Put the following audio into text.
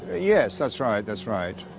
ah yes. that's right. that's right.